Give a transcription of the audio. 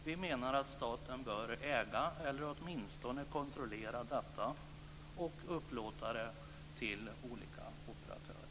Vi menar att staten bör äga eller åtminstone kontrollera detta och upplåta det till olika operatörer.